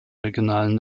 regionalen